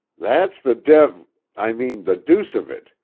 that's the dev i mean, the deuce of it!